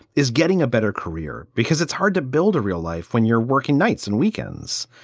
is getting a better career because it's hard to build a real life when you're working nights and weekends.